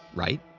right?